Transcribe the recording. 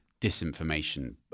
disinformation